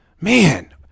Man